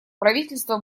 правительство